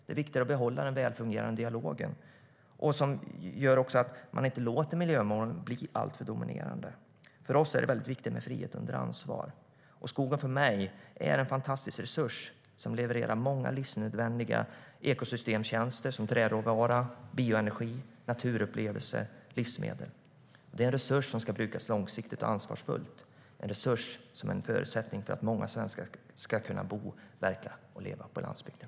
Det är viktigare att behålla den välfungerande dialogen och inte låta miljömålen bli alltför dominerande. För oss är det viktigt med frihet under ansvar. Skogen är en fantastisk resurs som levererar många livsnödvändiga ekosystemtjänster, till exempel träråvara, bioenergi, naturupplevelser, livsmedel. Det är en resurs som ska byggas långsiktigt och ansvarsfullt. Det är en resurs som är en förutsättning för att många svenskar ska kunna bo, verka och leva på landsbygden.